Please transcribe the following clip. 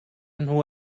nhw